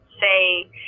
say